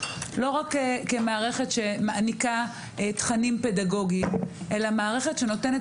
לא רק כמערכת שמעניקה תכנים פדגוגיים אלא מערכת שנותנת